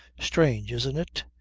strange, isn't it?